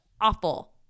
awful